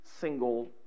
single